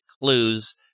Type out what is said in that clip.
clues